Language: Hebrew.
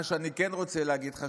מה שאני כן רוצה להגיד לך,